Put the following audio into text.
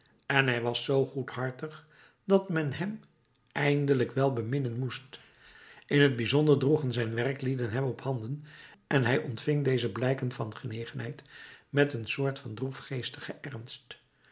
en hij was zoo goedhartig dat men hem eindelijk wel beminnen moest in t bijzonder droegen zijn werklieden hem op de handen en hij ontving deze blijken van genegenheid met een soort van droefgeestigen ernst